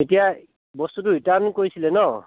এতিয়া বস্তুটো ৰিটাৰ্ণ কৰিছিলে ন